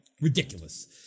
ridiculous